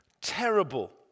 terrible